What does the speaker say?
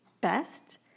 best